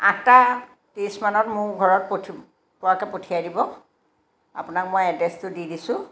আঠটা ত্ৰিছমানত মোৰ ঘৰত পঠি পোৱাকৈ পঠিয়াই দিব আপোনাক মই এড্ৰেছটো দি দিছোঁ